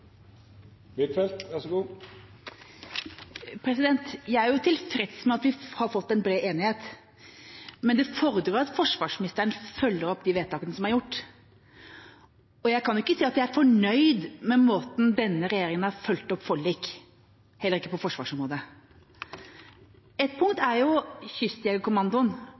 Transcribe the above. Jeg er tilfreds med at vi har fått en bred enighet. Men det fordrer at forsvarsministeren følger opp de vedtakene som er gjort, og jeg kan ikke si at jeg er fornøyd med måten denne regjeringa har fulgt opp forlik, heller ikke på forsvarsområdet. Ett punkt er Kystjegerkommandoen.